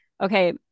okay